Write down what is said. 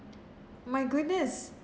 my goodness